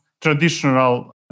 traditional